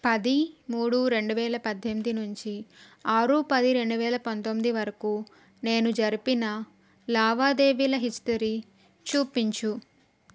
పది మూడు రెండువేల పద్దెనిమిది నుంచి ఆరు పది రెండువేల పంతొమిది వరకు నేను జరిపిన లావాదేవీల హిస్టరీ చూపించు